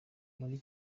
muri